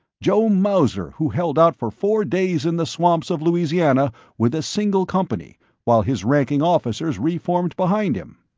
joe mauser who held out for four days in the swamps of louisiana with a single company while his ranking officers reformed behind him.